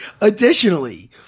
Additionally